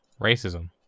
Racism